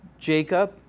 Jacob